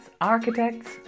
architects